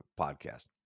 podcast